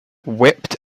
whipped